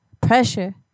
pressure